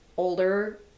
older